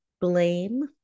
blame